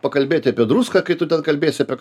pakalbėti apie druską kai tu ten kalbėsi apie